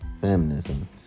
feminism